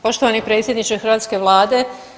Poštovani predsjedniče hrvatske Vlade.